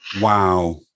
Wow